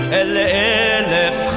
elef